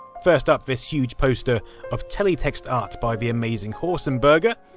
first up, this huge poster of teletext art by the amazing horsenburger.